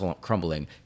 crumbling